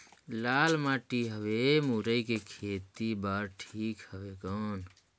लाल माटी हवे मुरई के खेती बार ठीक हवे कौन?